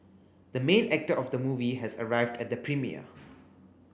the main actor of the movie has arrived at the premiere